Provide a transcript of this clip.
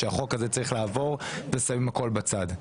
שהחוק הזה צריך לעבור ושמים הכול בצד.